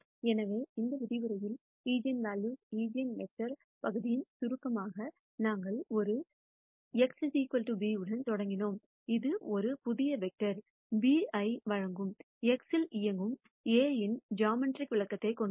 எனவே இந்த விரிவுரையில் ஈஜென்வெல்யூஸ் ஈஜென்வெக்டர் பகுதியின் சுருக்கமாக நாங்கள் ஒரு x b உடன் தொடங்கினோம் இது ஒரு புதிய வெக்டர் b ஐ வழங்கும் x இல் இயங்கும் A இன் ஜாமெட்ரிக் விளக்கத்தைக் கொண்டுள்ளது